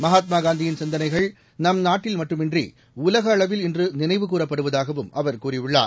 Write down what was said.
மகாத்மா காந்தியின் சிந்தனைகள் நம் நாட்டில் மட்டுமின்றி உலக அளவில் இன்று நினைவுகூரப்படுவதாகவும் அவர் கூறியுள்ளார்